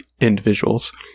individuals